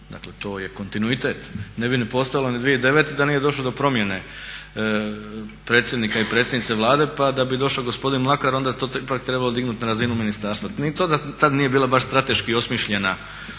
dakle to je kontinuitet ne bi ni postalo ni 2009. da nije došlo do promjene predsjednika i predsjednice Vlade pa da bi došao gospodin Mlakar onda je to ipak trebalo dignuti na razinu ministarstva. Ni tad nije bio baš strateški osmišljen